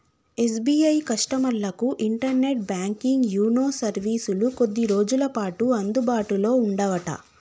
SBI కస్టమర్లకు internet banking YONO సర్వీసులు కొద్ది రోజులపాటు అందుబాటులో ఉండవట